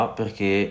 perché